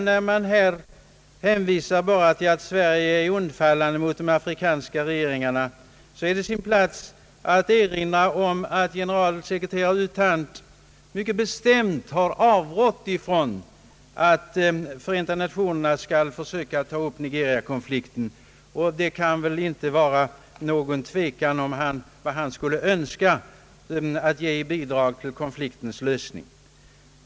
När det påstås att Sverige är undfallande mot de afrikanska regeringarna, är det på sin plats att erinra om att generalsekreterare U Thant mycket bestämt har avrått från att FN skall försöka ta upp Nigeriakonflikten, och det kan väl inte råda någon tvekan om att han skulle önska bidraga till konfliktens lösning.